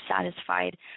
satisfied